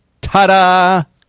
Ta-da